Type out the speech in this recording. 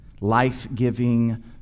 life-giving